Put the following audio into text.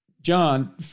John